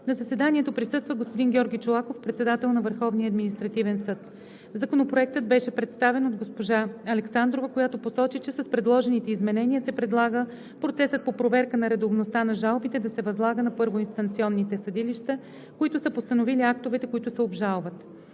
На заседанието присъства господин Георги Чолаков – председател на Върховния административен съд. Законопроектът беше представен от госпожа Александрова, която посочи, че с предложените изменения се предлага процесът по проверка на редовността на жалбите да се възлага на първоинстанционните съдилища, които са постановили актовете, които се обжалват.